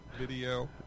video